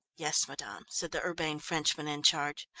yes, madame, said the urbane frenchman in charge.